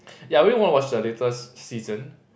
ya I really wanna watch the latest season